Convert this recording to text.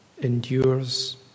endures